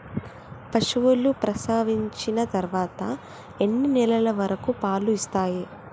పశువులు ప్రసవించిన తర్వాత ఎన్ని నెలల వరకు పాలు ఇస్తాయి?